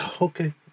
Okay